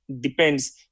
Depends